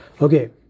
Okay